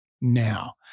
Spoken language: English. now